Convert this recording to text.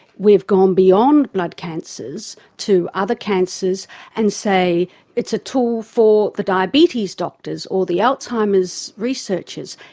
we've gone beyond blood cancers to other cancers and say it's a tool for the diabetes doctors or the alzheimer's researchers,